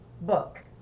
book